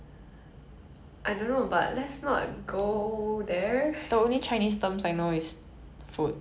food related essential in life I guess if you were to travel to a foreign country which uses chinese